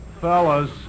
Fellas